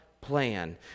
plan